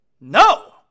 No